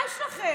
מה יש לכם?